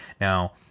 Now